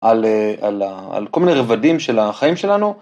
על על אהה כל מיני רבדים של החיים שלנו.